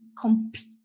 complete